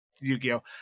Yu-Gi-Oh